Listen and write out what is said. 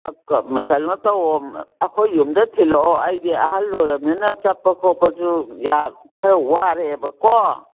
ꯀꯩꯅꯣ ꯇꯧꯋꯣ ꯑꯩꯈꯣꯏ ꯌꯨꯝꯗ ꯊꯤꯜꯂꯛꯑꯣ ꯑꯩꯗꯤ ꯑꯍꯜ ꯑꯣꯏꯔꯃꯤꯅ ꯆꯠꯄ ꯈꯣꯠꯄꯁꯨ ꯈꯔ ꯋꯥꯔꯦꯕꯀꯣ